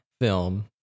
film